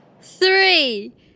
three